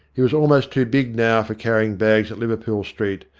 he was almost too big now for carrying bags at liverpool street,